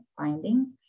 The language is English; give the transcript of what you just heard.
finding